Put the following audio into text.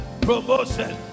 Promotion